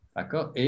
D'accord